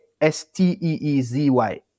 S-T-E-E-Z-Y